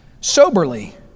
soberly